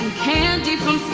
candy from